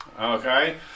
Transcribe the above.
Okay